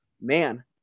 man